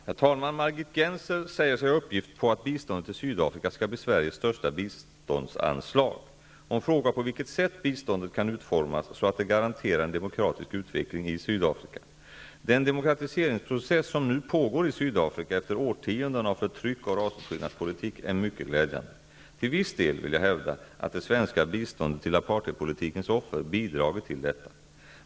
Herr talman! Margit Gennser säger sig ha uppgift på att biståndet till Sydafrika skall bli Sveriges största biståndsanslag. Hon frågar på vilket sätt biståndet kan utformas, så att det garanterar en demokratisk utveckling i Sydafrika. Den demokratiseringsprocess som nu pågår i Sydafrika efter årtionden av förtryck och rasåtskillnadspolitik är mycket glädjande. Till viss del vill jag hävda att det svenska biståndet till apartheidpolitikens offer bidragit till detta.